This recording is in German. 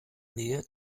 nähe